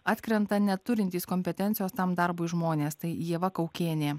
atkrenta neturintys kompetencijos tam darbui žmonės tai ieva kaukienė